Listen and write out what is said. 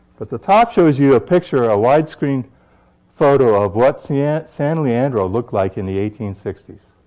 but the top shows you a picture a widescreen photo of what san yeah san leandro looked like in the eighteen sixty s.